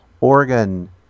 oregon